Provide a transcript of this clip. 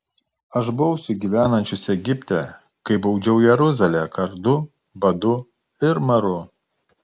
aš bausiu gyvenančius egipte kaip baudžiau jeruzalę kardu badu ir maru